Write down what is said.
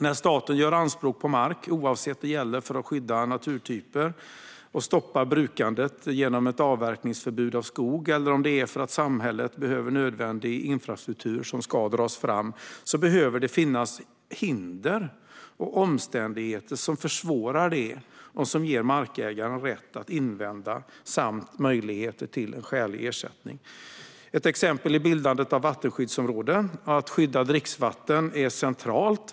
När staten gör anspråk på mark - oavsett om det gäller att skydda naturtyper och stoppa brukandet till exempel genom förbud mot avverkning av skog eller om det är för att samhället behöver nödvändig infrastruktur som ska dras fram - behöver det finnas hinder och omständigheter som försvårar det och ger markägaren rätt att invända samt möjligheter till skälig ersättning. Ett exempel är bildandet av vattenskyddsområden. Att skydda dricksvatten är centralt.